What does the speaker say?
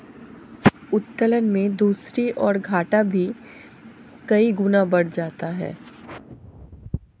उत्तोलन में दूसरी ओर, घाटा भी कई गुना बढ़ जाता है